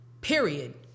period